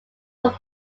are